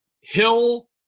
Hill